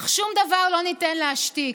אך שום דבר לא ניתן להשתיק.